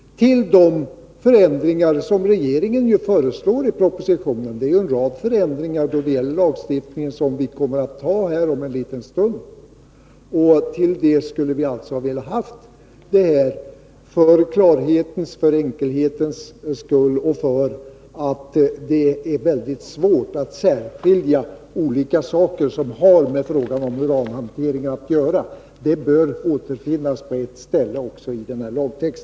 Det är ju en rad förändringar då det gäller lagstiftningen som vi kommer att besluta om här om en liten stund, och till dessa förändringar som regeringen föreslår i propositionen vill vi ha detta — för klarhetens och enkelhetens skull och därför att det är mycket svårt att särskilja olika saker som har med frågan om uranhanteringen att göra. De bör återfinnas på ett ställe också i denna lagtext.